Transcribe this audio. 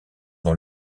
dans